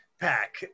pack